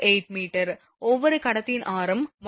8 m ஒவ்வொரு கடத்தியின் ஆரம் 1